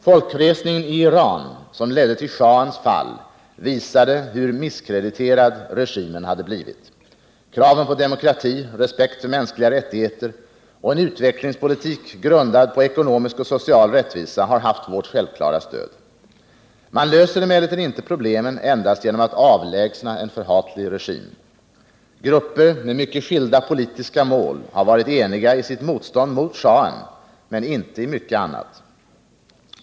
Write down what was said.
Folkresningen i Iran, som ledde till schahens fall, visade hur misskrediterad regimen hade blivit. Kraven på demokrati, respekt för mänskliga rättigheter och en utvecklingspolitik grundad på ekonomisk och social rättvisa har haft vårt självklara stöd. Man löser emellertid inte problemen endast genom att avlägsna en förhatlig regim. Grupper med mycket skilda politiska mål har varit eniga i sitt motstånd mot schahen, men inte i mycket annat.